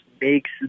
makes